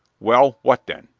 well, what then?